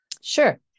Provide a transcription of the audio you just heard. Sure